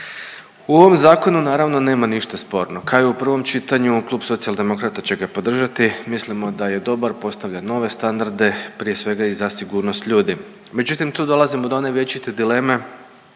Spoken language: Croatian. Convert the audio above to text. U ovom zakonu naravno nema ništa sporno. Kao i u prvom čitanju Klub Socijaldemokrata će ga podržati, mislimo da je dobar, postavlja nove standarde prije svega i za sigurnost ljudi. Međutim tu dolazimo do one vječite dileme,